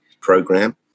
program